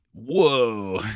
whoa